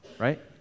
Right